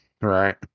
Right